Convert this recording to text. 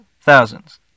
Thousands